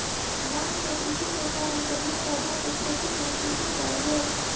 मांग में वृद्धि के कारण जलीय पौधा के खेती में वृद्धि कयल गेल